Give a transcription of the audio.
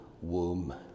womb